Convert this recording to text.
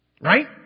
Right